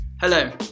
hello